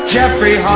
Jeffrey